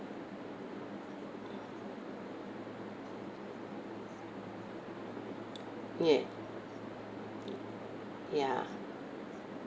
yeah ya